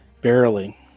Barely